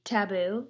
Taboo